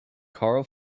karl